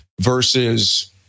versus